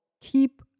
keep